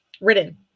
written